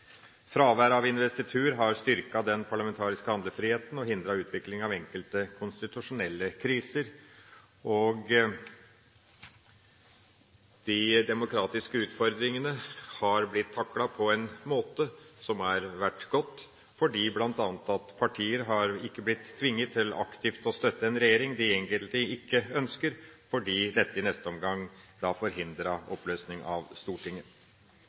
Fraværet av investitur har styrket den parlamentariske handlefriheten og hindret utviklinga av enkelte konstitusjonelle kriser. De demokratiske utfordringene har blitt taklet på en måte som har vært god, bl.a. fordi partier ikke har blitt tvunget til aktivt å støtte en regjering de egentlig ikke ønsker, fordi dette i neste omgang forhindrer oppløsning av Stortinget.